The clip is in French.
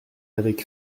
avec